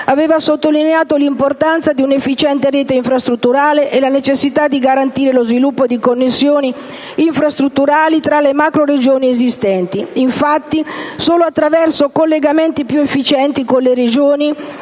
aveva sottolineato l'importanza di un'efficiente rete infrastrutturale e la necessità di garantire lo sviluppo di connessioni infrastrutturali tra le macroregioni esistenti. Infatti, solo attraverso collegamenti più efficienti con le Regioni